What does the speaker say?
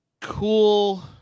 cool